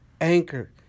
Anchor